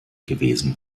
gewesen